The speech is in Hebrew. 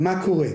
מה קורה?